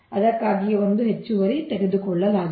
ಅದಕ್ಕಾಗಿಯೇ ಒಂದು ಹೆಚ್ಚುವರಿ ತೆಗೆದುಕೊಳ್ಳಲಾಗಿದೆ